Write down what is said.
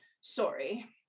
Sorry